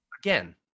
Again